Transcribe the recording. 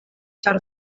ĉar